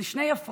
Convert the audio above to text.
אלה שתי הפרעות